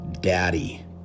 daddy